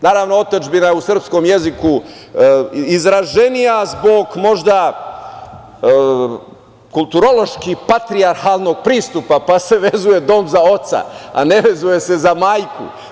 Naravno, otadžbina je u srpskom jeziku izraženija zbog možda kulturoloških patrijarhalnog pristupa, pa se vezuje dom za oca, a ne vezuje se za majku.